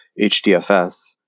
HDFS